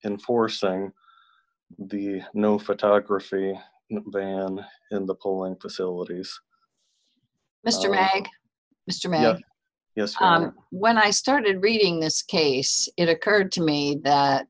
enforcing the no photography and in the polling facilities mr and mr man you know when i started reading this case in occurred to me that